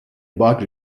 bug